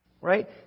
Right